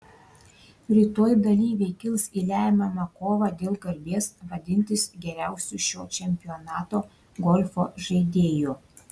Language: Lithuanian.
rytoj dalyviai kils į lemiamą kovą dėl garbės vadintis geriausiu šio čempionato golfo žaidėju